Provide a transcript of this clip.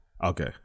Okay